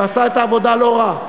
ועשה את העבודה לא רע.